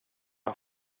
jag